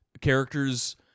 characters